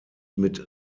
mit